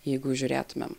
jeigu žiūrėtumėm